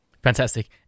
Fantastic